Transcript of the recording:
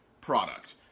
product